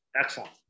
Excellent